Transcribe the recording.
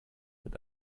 mit